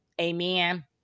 Amen